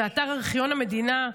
זה אתר ארכיון המדינה,